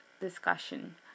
discussion